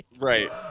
Right